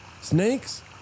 Snakes